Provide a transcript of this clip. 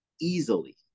easily